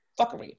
fuckery